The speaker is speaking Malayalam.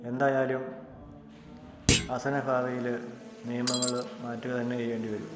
എന്തായാലും ആസന്ന ഭാവിയിൽ നിയമങ്ങൾ മാറ്റുക തന്നെ ചെയ്യേണ്ടി വരും